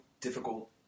difficult